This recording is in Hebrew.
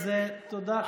אז תודה,